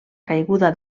caiguda